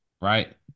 right